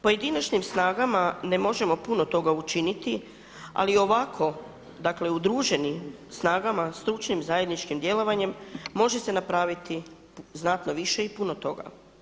Pojedinačnim snagama ne možemo puno toga učiniti, ali ovako dakle udruženim snagama, stručnim, zajedničkim djelovanjem može se napraviti znatno više i puno toga.